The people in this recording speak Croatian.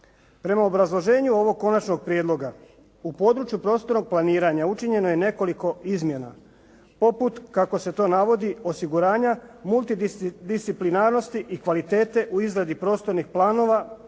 Prema obrazloženju ovog konačnog prijedloga u području prostornog planiranja učinjeno je nekoliko izmjena poput kako se to navodi osiguranja, multidisciplinarnosti i kvalitete u izradi prostornih planova,